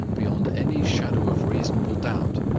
beyond any shadow of reasonable doubt,